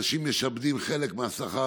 להנמקה מהצד.